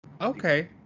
Okay